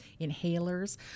inhalers